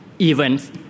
events